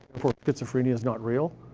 therefore schizophrenia is not real?